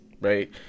right